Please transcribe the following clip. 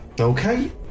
Okay